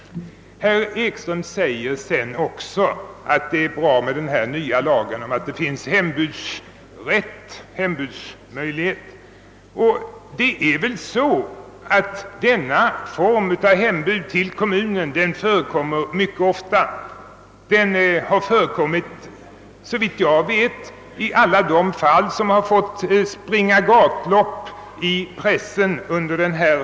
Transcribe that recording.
Herr Ekström i Iggesund säger också att det är bra med lagen därför att den kommer att öka antalet hembud till kommunerna. Ja, men sådana förekommer redan nu mycket ofta. Såvitt jag vet har hembud förekommit i alla de fall som fått löpa gatlopp i pressen under denna höst.